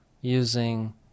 using